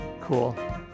Cool